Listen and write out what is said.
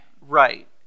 Right